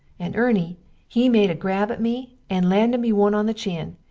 and erny he made a grab at me and landed me one on the chin,